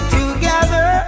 together